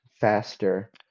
faster